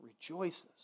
rejoices